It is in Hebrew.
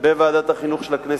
בוועדת החינוך של הכנסת,